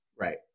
Right